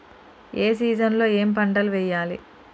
ఏ season లో ఏం పంటలు వెయ్యాలి?